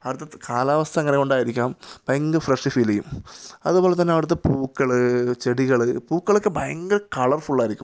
അവിടുത്തെ കാലവസ്ഥ അങ്ങനെ കൊണ്ടായിരിക്കാം ഭയങ്കര ഫ്രഷ് ഫീൽ ചെയ്യും അതുപോലെ തന്നെ അവിടുത്തെ പൂക്കൾ ചെടികൾ പൂക്കളൊക്കെ ഭയങ്കര കളര്ഫുള്ളായിരിക്കും